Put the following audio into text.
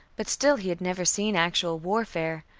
but still he had never seen actual warfare,